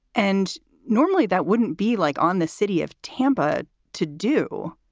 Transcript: and normally that wouldn't be like on the city of tampa to do